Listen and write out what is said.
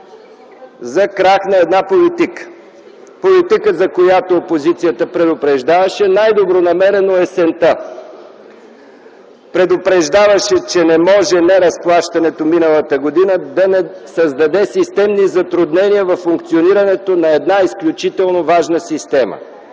за крах на една политика - политика, за която опозицията предупреждаваше най-добронамерено есента. Предупреждаваше, че не може неразплащането миналата година да не създаде системни затруднения във функционирането на една изключително важна система.